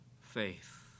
faith